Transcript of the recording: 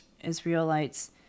Israelites